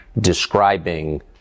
describing